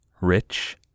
Rich